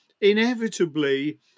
inevitably